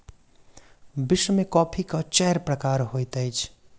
विश्व में कॉफ़ी के चारि प्रकार होइत अछि